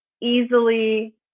easily